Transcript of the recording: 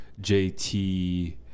JT